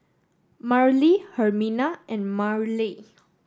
Marely Hermina and Marely